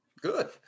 Good